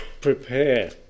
prepare